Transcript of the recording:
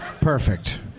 Perfect